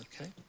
okay